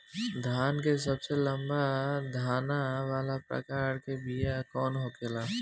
धान के सबसे लंबा दाना वाला प्रकार के बीया कौन होखेला?